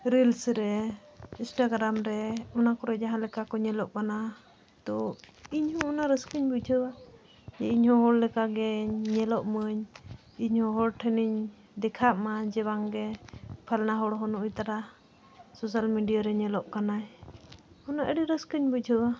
ᱨᱮ ᱨᱮ ᱚᱱᱟ ᱠᱚᱨᱮ ᱡᱟᱦᱟᱸ ᱞᱮᱠᱟ ᱠᱚ ᱧᱮᱞᱚᱜ ᱠᱟᱱᱟ ᱛᱳ ᱤᱧᱦᱚᱸ ᱚᱱᱟ ᱨᱟᱹᱥᱠᱟᱹᱧ ᱵᱩᱡᱷᱟᱹᱣᱟ ᱡᱮ ᱤᱧᱦᱚᱸ ᱦᱚᱲ ᱞᱮᱠᱟᱜᱮᱧ ᱧᱮᱞᱚᱜ ᱢᱟᱧ ᱤᱧᱦᱚᱸ ᱦᱚᱲ ᱴᱷᱮᱱᱤᱧ ᱫᱮᱠᱷᱟᱜ ᱢᱟ ᱡᱮ ᱵᱟᱝᱜᱮ ᱯᱷᱟᱞᱱᱟ ᱦᱚᱲᱦᱚᱸ ᱱᱩᱜᱼᱩᱭ ᱛᱟᱨᱟ ᱨᱮ ᱧᱮᱞᱚᱜ ᱠᱟᱱᱟᱭ ᱚᱱᱟ ᱟᱹᱰᱤ ᱨᱟᱹᱥᱠᱟᱹᱧ ᱵᱩᱡᱷᱟᱹᱣᱟ